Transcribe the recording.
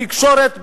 התקשורת,